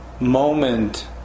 moment